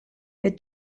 wir